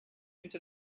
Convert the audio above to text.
into